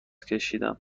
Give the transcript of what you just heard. کشیدم